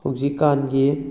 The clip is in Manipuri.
ꯍꯧꯖꯤꯛꯀꯥꯟꯒꯤ